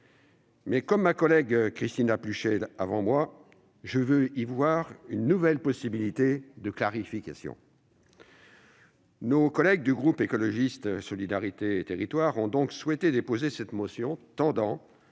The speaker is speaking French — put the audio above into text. Mais, comme ma collègue Kristina Pluchet avant moi, je veux y voir une nouvelle possibilité de clarification. Nos collègues du groupe Écologiste - Solidarité et Territoires ont souhaité déposer cette motion tendant